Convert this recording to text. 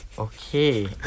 Okay